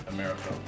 America